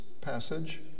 passage